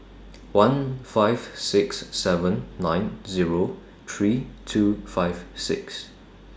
one five six seven nine Zero three two five six